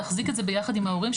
להחזיק את זה ביחד עם ההורים,